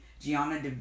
Gianna